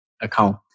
account